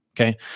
Okay